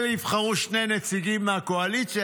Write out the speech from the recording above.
אלה יבחרו שני נציגים מהקואליציה,